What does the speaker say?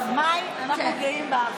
מאי, אנחנו גאים בך.